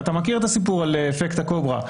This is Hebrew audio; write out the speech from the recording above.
אתה מכיר את הסיפור על "אפקט הקוברה",